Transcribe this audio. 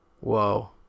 Whoa